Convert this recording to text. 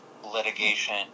Litigation